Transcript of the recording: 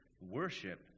worship